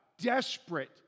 desperate